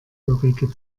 ulrike